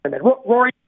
Rory